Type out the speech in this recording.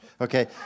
Okay